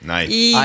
Nice